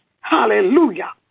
Hallelujah